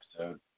episode